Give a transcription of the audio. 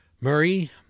Murray